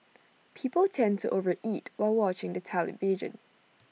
people tend to over eat while watching the television